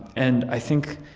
and i think,